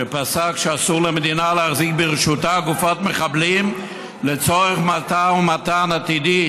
שפסק שאסור למדינה להחזיק ברשותה גופות מחבלים לצורך משא ומתן עתידי,